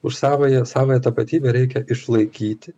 už savąją savąją tapatybę reikia išlaikyti